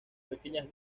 pequeñas